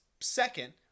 Second